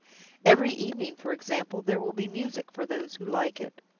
every evening, for example, there will be music for those who like it.